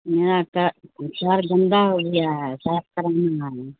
میرا کار گندہ ہو گیا ہے صاف کرانا ہے